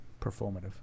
performative